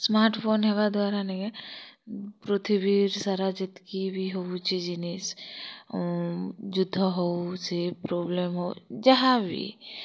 smart phone ହେବା ଦ୍ବାରା ନେଇକି ପୃଥିବୀର ସାରା ଯେତକି ବି ହଉଛି ଜିନିଷ୍ ଯୁଦ୍ଧ ହଉ ସେ ପ୍ରୋବ୍ଲେମ୍ ହଉ ଯାହାବି